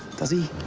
does he?